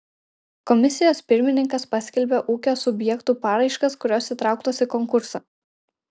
komisijos pirmininkas paskelbia ūkio subjektų paraiškas kurios įtrauktos į konkursą